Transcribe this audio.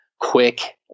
quick